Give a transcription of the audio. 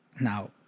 now